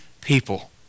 people